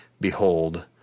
behold